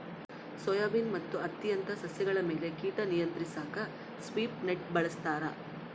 soybean ಮತ್ತು ಹತ್ತಿಯಂತ ಸಸ್ಯಗಳ ಮೇಲೆ ಕೀಟ ನಿಯಂತ್ರಿಸಾಕ ಸ್ವೀಪ್ ನೆಟ್ ಬಳಸ್ತಾರ